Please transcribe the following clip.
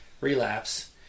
relapse